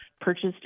purchased